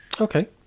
Okay